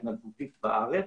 התנדבותית בארץ.